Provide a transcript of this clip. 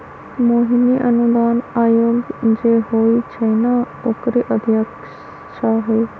मोहिनी अनुदान आयोग जे होई छई न ओकरे अध्यक्षा हई